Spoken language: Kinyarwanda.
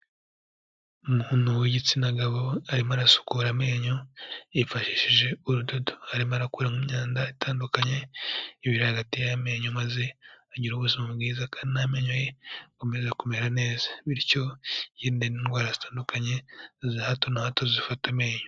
Umuntu w'igitsina gabo arimo arasukura amenyo yifashishije urudodo, arimo arakuramo imyanda itandukanye iba iri hagati y'amenyo maze agire ubuzima bwiza kandi amenyo ye akomeze kumera neza bityo izindi indwara zitandukanye za hato na hato zifite amenyo.